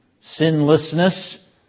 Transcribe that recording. sinlessness